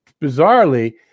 bizarrely